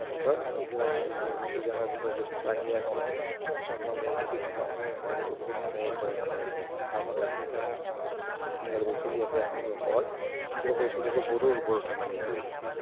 সিহঁতৰ এইবিলাক মানে জন্তু জানোৱাৰৰ বিষয়ে যথেষ্ট আইডিয়া আছে আমি দেখিছোঁ মই আৰু সিহঁতে বহুত মানে এই কৰে মানে তেনেকৈ আৰামত ৰাখি আছে সুন্দৰকৈ চলি আছে এখন ঘৰ সুন্দৰকৈ চলি আছে গৰুৰ ওপৰতে মানে ই কৰি